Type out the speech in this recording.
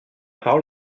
parole